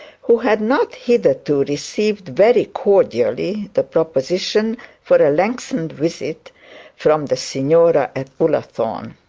who had not hitherto received very cordially the proposition for a lengthened visit from the signora at ullathorne.